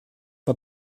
mae